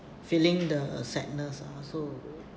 feeling the sadness lah so around